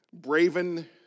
Braven